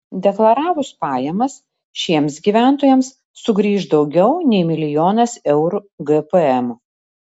deklaravus pajamas šiems gyventojams sugrįš daugiau nei milijonas eurų gpm